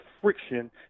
friction